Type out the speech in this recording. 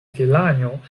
delanjo